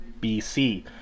BC